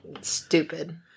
stupid